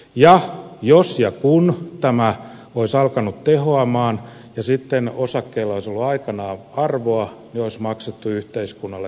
ja jos ja kun tämä olisi alkanut tehota ja sitten osakkeilla olisi ollut aikanaan arvoa niin olisi maksettu yhteiskunnalle takaisin